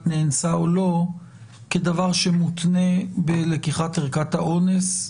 נאנסה או לא כדבר שמותנה בלקיחת ערכת האונס,